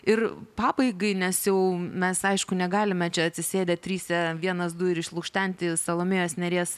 ir pabaigai nes jau mes aišku negalime čia atsisėdę trise vienas du ir išlukštenti salomėjos nėries